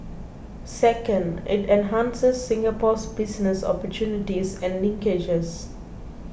second it enhances Singapore's business opportunities and linkages